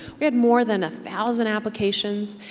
we had more than a thousand applications.